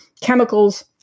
chemicals